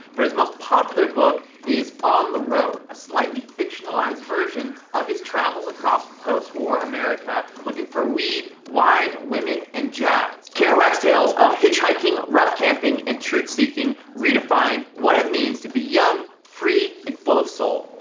but his most popular book is on the road, a slightly fictionalized version of his travels across post war america, looking for weed, wine, women, and jazz. kerouac's tales of hitchhiking, rough camping and truth seeking redefine what it means to be young, free, and full of soul.